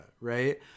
right